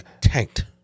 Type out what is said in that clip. tanked